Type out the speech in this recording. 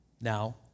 Now